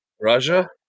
Raja